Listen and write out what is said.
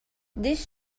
this